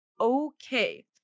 Okay